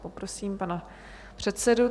Prosím pana předsedu.